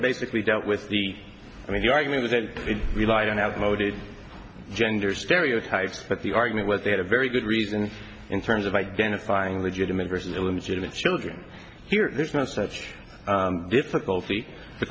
basically dealt with the i mean the argument was that it relied on outmoded gender stereotypes but the argument was they had a very good reason in terms of identifying legitimate personal images of the children here there's no such difficulty the